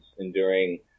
enduring